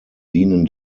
dienen